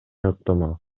ыктымал